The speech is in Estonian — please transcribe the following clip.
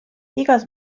igas